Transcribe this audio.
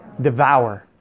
Devour